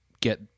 get